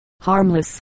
harmless